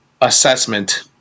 assessment